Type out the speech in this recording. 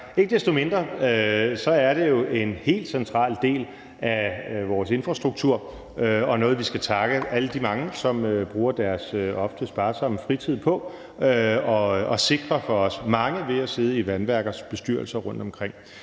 Ikke desto mindre er det jo en helt central del af vores infrastruktur og noget, vi skal takke alle de mange for, som bruger deres ofte sparsomme fritid på at sikre for os mange ved at sidde i vandværkers bestyrelser rundtomkring.